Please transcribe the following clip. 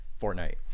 Fortnite